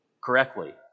correctly